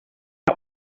oma